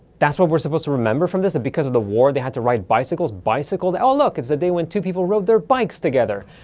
that's what we're supposed to remember from this? that because of the war, they had to ride bicycles? bicycle day? oh, look, it's the day when two people rode their bikes together!